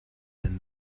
than